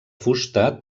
fusta